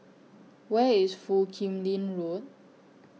Where IS Foo Kim Lin Road